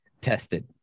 tested